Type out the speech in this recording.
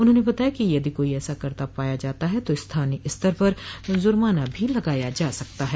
उन्होंने बताया कि यदि कोई ऐसा करता पाया जाता है तो स्थानीय स्तर पर जुर्माना भी लगाया जा सकता है